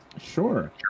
Sure